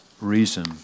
reason